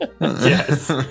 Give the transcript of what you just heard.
Yes